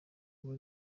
uwo